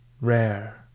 rare